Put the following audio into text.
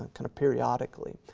kinda periodically,